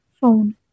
Phone